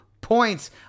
points